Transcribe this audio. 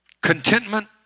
contentment